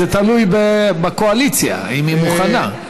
זה תלוי בקואליציה, אם היא מוכנה.